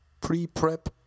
pre-prep